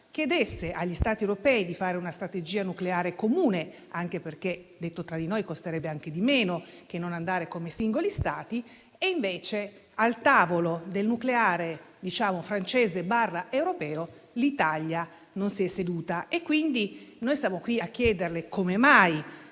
chiedesse agli Stati europei di fare una strategia nucleare comune - anche perché, detto tra di noi, costerebbe anche di meno che non procedere come singoli Stati - e al tavolo del nucleare francese/europeo l'Italia non si è seduta. Quindi, noi siamo qui a chiederle come mai